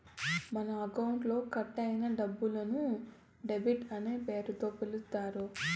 మన అకౌంట్లో కట్ అయిన డబ్బులను డెబిట్ అనే పేరుతో పిలుత్తారు